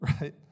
right